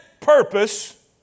purpose